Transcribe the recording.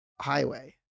highway